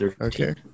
Okay